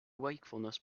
wakefulness